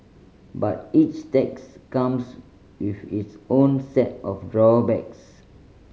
but each tax comes with its own set of drawbacks